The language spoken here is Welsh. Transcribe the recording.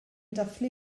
dathlu